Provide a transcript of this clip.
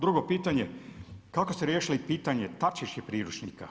Drugo pitanje, kako ste riješili pitanje taktičkih priručnika?